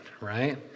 Right